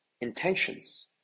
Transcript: intentions